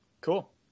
Cool